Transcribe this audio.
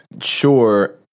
sure